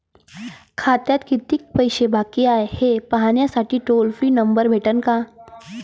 खात्यात कितीकं पैसे बाकी हाय, हे पाहासाठी टोल फ्री नंबर भेटन का?